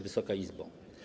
Wysoka Izbo!